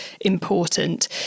important